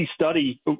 study